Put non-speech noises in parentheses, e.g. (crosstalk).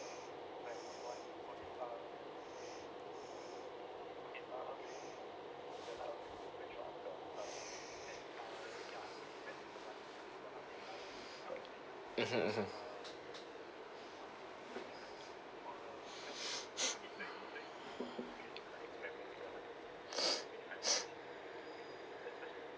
mmhmm mmhmm (breath)